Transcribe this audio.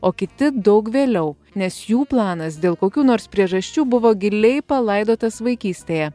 o kiti daug vėliau nes jų planas dėl kokių nors priežasčių buvo giliai palaidotas vaikystėje